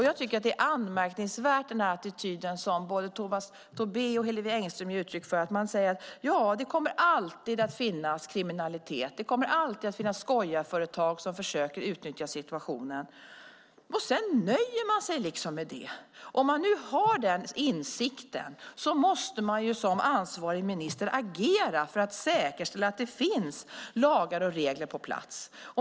Jag tycker att det är anmärkningsvärt med den attityd som både Tomas Tobé och Hillevi Engström ger uttryck för när de säger att det alltid kommer att finnas kriminalitet, att det alltid kommer att finnas skojarföretag som försöker utnyttja situationen, och sedan nöjer sig med det. Om man nu har den insikten måste man som ansvarig minister agera för att säkerställa att det finns lagar och regler på plats.